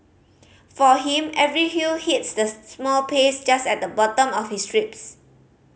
for him every hue hits the small pace just at the bottom of his ribs